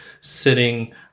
sitting